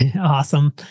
Awesome